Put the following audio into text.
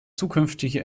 zukünftige